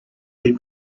been